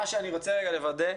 מה שאני רוצה לוודא,